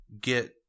get